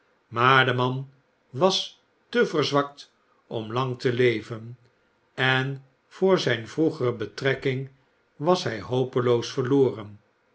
maar de man was te verzwakt om lang televen en voor zijn vroegere betrekking was hy hopeloos verloren